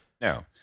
No